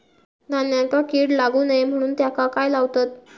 धान्यांका कीड लागू नये म्हणून त्याका काय लावतत?